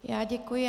Já děkuji.